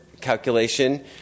calculation